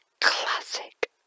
classic